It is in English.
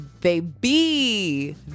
baby